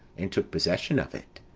and took possession of it,